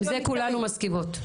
עם זה כולנו מסכימות.